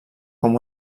com